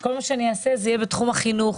שכל מה שאני אעשה זה בתחום החינוך,